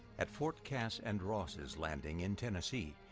at fort cass and ross's landing in tennessee,